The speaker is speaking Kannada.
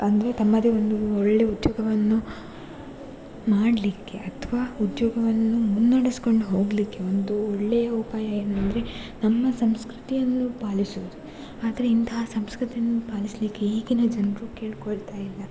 ಅಂದರೆ ತಮ್ಮದೇ ಒಂದು ಒಳ್ಳೆಯ ಉದ್ಯೋಗವನ್ನು ಮಾಡಲಿಕ್ಕೆ ಅಥವಾ ಉದ್ಯೋಗವನ್ನು ಮುನ್ನಡೆಸ್ಕೊಂಡು ಹೋಗಲಿಕ್ಕೆ ಒಂದು ಒಳ್ಳೆಯ ಉಪಾಯ ಏನಂದರೆ ನಮ್ಮ ಸಂಸ್ಕೃತಿಯನ್ನು ಪಾಲಿಸುವುದು ಆದರೆ ಇಂತಹ ಸಂಸ್ಕೃತಿಯನ್ನು ಪಾಲಿಸಲಿಕ್ಕೆ ಈಗಿನ ಜನರು ಕೇಳಿಕೊಳ್ತಾಯಿಲ್ಲ